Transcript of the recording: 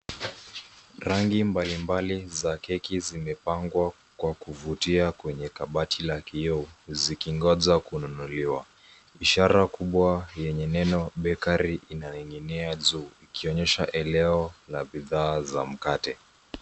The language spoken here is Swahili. Rangi mbalimbali za keki zimepangwa kwa kuvutia kwenye kabati la kioo zikingoja kununuliwa. Ishara kubwa yenye neno bakery inaning'inia juu ikionyesha eneo la bidhaa za mkate.